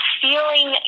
feeling